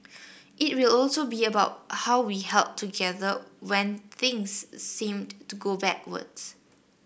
it will also be about how we held together when things seemed to go backwards